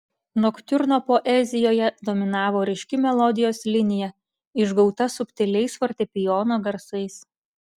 noktiurno poezijoje dominavo ryški melodijos linija išgauta subtiliais fortepijono garsais